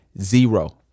zero